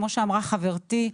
כמו שאמרה חברתי,